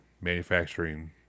manufacturing